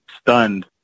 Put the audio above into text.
stunned